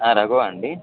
రఘువా అండి